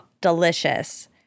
delicious